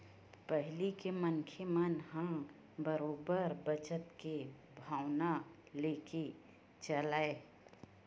पहिली के मनखे मन ह बरोबर बचत के भावना लेके चलय